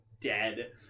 dead